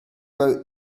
wrote